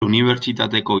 unibertsitateko